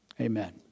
Amen